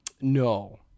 No